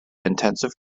intensive